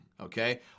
okay